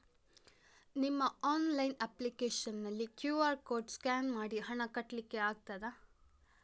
ನಿಮ್ಮ online application ನಲ್ಲಿ QR code scan ಮಾಡಿ ಹಣ ಕಟ್ಲಿಕೆ ಆಗ್ತದ?